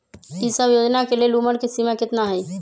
ई सब योजना के लेल उमर के सीमा केतना हई?